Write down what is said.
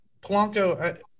Polanco